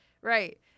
Right